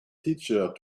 teacher